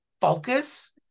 focus